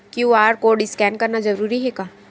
QR code scan करना जरूरी हे का?